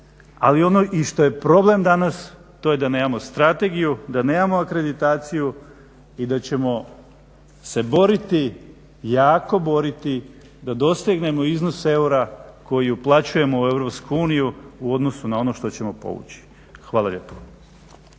i ono što je problem danas, to je da nemamo strategiju, da nemamo akreditaciju i da ćemo se boriti, jako boriti da dosegnemo iznos eura koje uplaćujemo u EU u odnosu na ono što ćemo povući. Hvala lijepo.